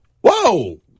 Whoa